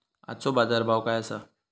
आजचो बाजार भाव काय आसा?